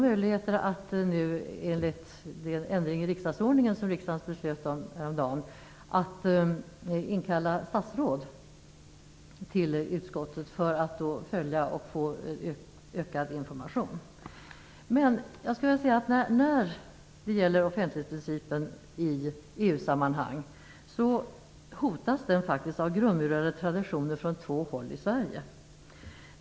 Enligt den ändring i riksdagsordningen som riksdagen beslöt om häromdagen har vi också möjlighet att inkalla statsråd till utskottet för att få ökad information. Offentlighetsprincipen i EU-sammanhang hotas av grundmurade traditioner från två håll i Sverige.